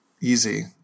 easy